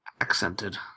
accented